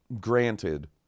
Granted